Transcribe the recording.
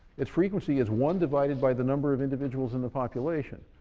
its frequency is one divided by the number of individuals in the population.